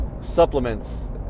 supplements